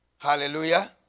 Hallelujah